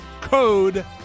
code